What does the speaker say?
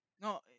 No